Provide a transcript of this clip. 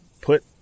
put